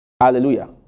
Hallelujah